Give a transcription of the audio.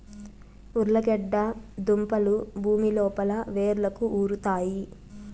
ఉర్లగడ్డ దుంపలు భూమి లోపల వ్రేళ్లకు ఉరుతాయి